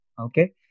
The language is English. Okay